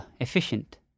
efficient